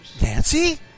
Nancy